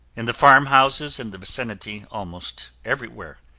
in the farm houses in the vicinity, almost everywhere,